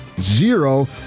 Zero